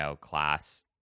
class